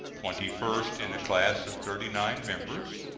twenty-first in a class of thirty-nine members.